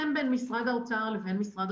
אני מקווה מאוד שלא נגיע ל-5,000 או ל-2,000 מונשמים,